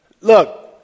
look